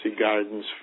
guidance